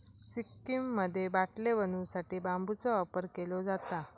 सिक्कीममध्ये बाटले बनवू साठी बांबूचा वापर केलो जाता